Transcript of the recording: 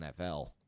NFL